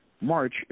March